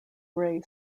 bray